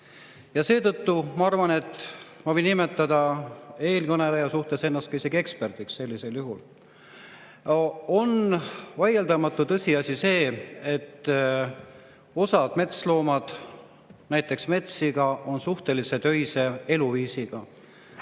Ja seetõttu ma arvan, et ma võin nimetada eelkõneleja suhtes ennast isegi eksperdiks. On vaieldamatu tõsiasi, et osad metsloomad, näiteks metssiga, on suhteliselt öise eluviisiga.